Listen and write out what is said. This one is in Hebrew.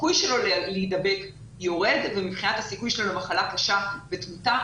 הסיכוי שלו להידבק יורד ומבחינת הסיכוי שלו למחלה קשה ותמותה,